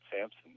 Sampson